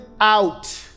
out